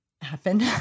happen